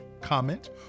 Comment